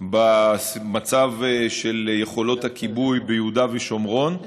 במצב של יכולות הכיבוי ביהודה ושומרון.